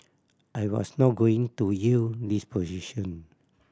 I was not going to yield this position